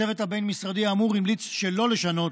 הצוות הבין-משרדי האמור המליץ שלא לשנות